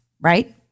right